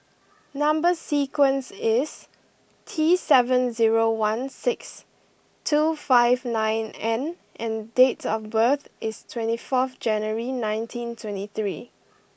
number sequence is T seven zero one six two five nine N and date of birth is twenty four January nineteen twenty three